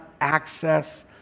access